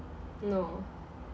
no